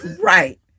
Right